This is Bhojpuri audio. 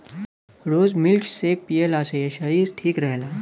रोज मिल्क सेक पियला से शरीर ठीक रहेला